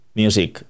music